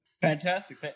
Fantastic